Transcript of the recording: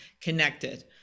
connected